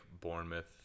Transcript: Bournemouth